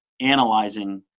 analyzing